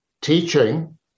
teaching